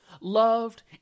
loved